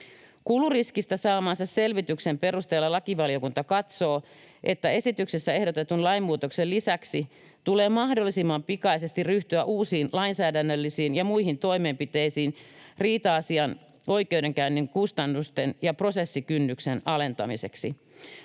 Kuluriskistä saamansa selvityksen perusteella lakivaliokunta katsoo, että esityksessä ehdotetun lainmuutoksen lisäksi tulee mahdollisimman pikaisesti ryhtyä uusiin lainsäädännöllisiin ja muihin toimenpiteisiin riita-asian oikeudenkäynnin kustannusten ja prosessikynnyksen alentamiseksi.